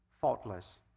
faultless